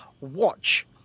watch